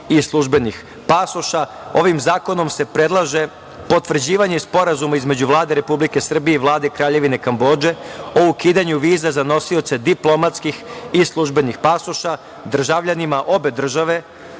i službenih pasoša. Ovim zakonom se predlaže potvrđivanje Sporazuma između Vlade Republike Srbije i Vlade Kraljevine Kambodže o ukidanju viza za nosioce diplomatskih i službenih pasoša. Državljanima obe države